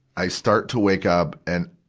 i start to wake up and,